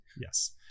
Yes